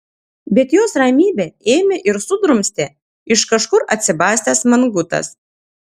bet jos ramybę ėmė ir sudrumstė iš kažkur atsibastęs mangutas